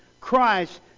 Christ